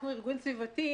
אנחנו ארגון סביבתי,